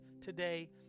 today